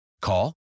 Call